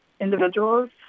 individuals